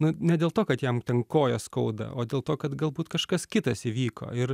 na ne dėl to kad jam ten koją skauda o dėl to kad galbūt kažkas kitas įvyko ir